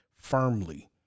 firmly